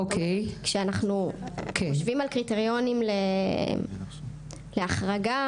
כשאנחנו חושבים על קריטריונים להחרגה,